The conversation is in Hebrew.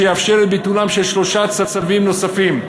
שיאפשר את ביטולם של שלושה צווים נוספים.